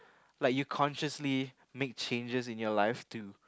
like you consciously make changes in your life to